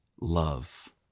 love